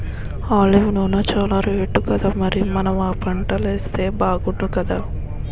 olive నూనె చానా రేటుకదా మరి మనం ఆ పంటలేస్తే బాగుణ్ణుకదా